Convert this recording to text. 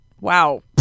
Wow